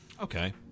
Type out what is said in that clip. Okay